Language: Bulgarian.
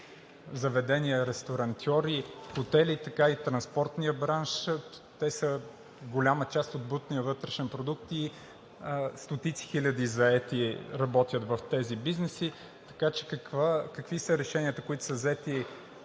заведения, ресторантьори, хотели, така и транспортният бранш. Те са голяма част от брутния вътрешен продукт и стотици хиляди заети работят в тези бизнеси. Какви са решенията, взети